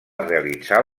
realitzar